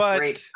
great